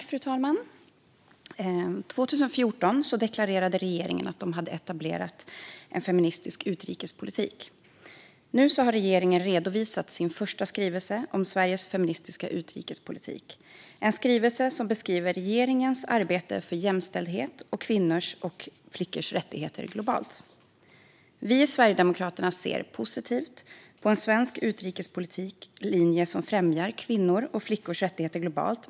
Fru talman! År 2014 deklarerade regeringen att man hade etablerat en feministisk utrikespolitik. Nu har regeringen redovisat sin första skrivelse om detta, Sveriges feministiska utrikespolitik , som beskriver regeringens arbete för jämställdhet och kvinnors och flickors rättigheter globalt. Vi i Sverigedemokraterna ser positivt på en svensk utrikespolitisk linje som främjar kvinnors och flickors rättigheter globalt.